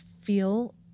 feel